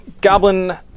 Goblin